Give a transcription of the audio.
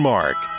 Mark